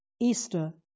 Easter